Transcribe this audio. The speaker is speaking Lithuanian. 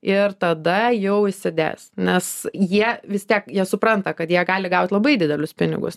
ir tada jau įsidės nes jie vis tiek jie supranta kad jie gali gaut labai didelius pinigus